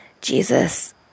Jesus